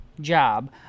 job